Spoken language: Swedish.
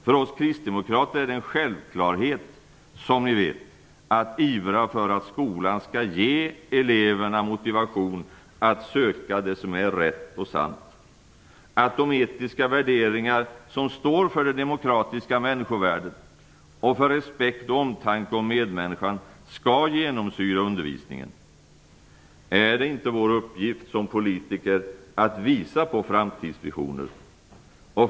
För oss kristdemokrater är det en självklarhet, som ni vet, att ivra för att skolan skall ge eleverna motivation att söka det som är rätt och sant, att de etiska värderingar som står för det demokratiska människovärdet och för respekt och omtanke om medmänniskan skall genomsyra undervisningen. Är det inte vår uppgift, som politiker, att visa på framtidsvisioner?